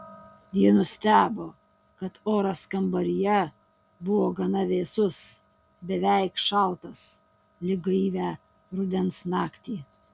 ji nustebo kad oras kambaryje buvo gana vėsus beveik šaltas lyg gaivią rudens naktį